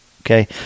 Okay